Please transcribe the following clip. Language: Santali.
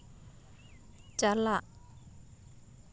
ᱪᱟᱞᱟᱜ